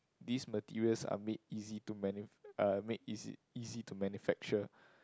these materials are made easy to manu~ uh made easy easy to manufacture